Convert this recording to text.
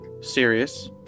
serious